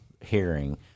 hearing